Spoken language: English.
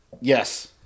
Yes